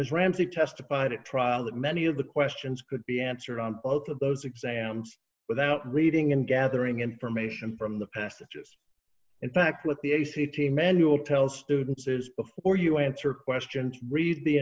was ramsey testified at trial that many of the questions could be answered on both of those exams without reading and gathering information from the passages in fact with the a c c manual tells students is before you answer questions read the